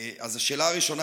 השאלה הראשונה,